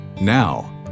Now